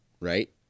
right